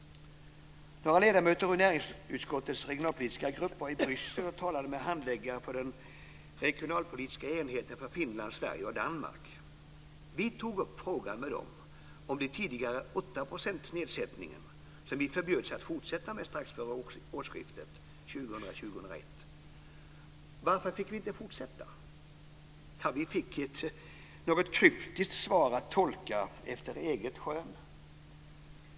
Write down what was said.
Några ledamöter ur näringsutskottets regionalpolitiska grupp var i Bryssel och talade med handläggare för den regionalpolitiska enheten för Finland, Sverige och Danmark. Vi tog upp frågan med dem om den tidigare nedsättningen på 8 % som vi förbjöds att fortsätta med strax före årsskiftet 2000/2001. Vi frågade varför vi inte fick fortsätta. Vi fick ett något kryptiskt svar att tolka efter eget skön.